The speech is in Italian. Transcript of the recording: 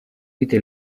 vita